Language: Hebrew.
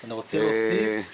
אני רוצה להוסיף,